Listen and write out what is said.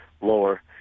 lower